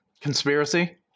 Conspiracy